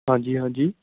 ਹਾਂਜੀ ਹਾਂਜੀ